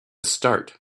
start